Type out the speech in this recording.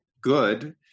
good